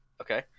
Okay